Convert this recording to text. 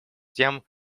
тем